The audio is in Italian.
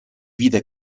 vide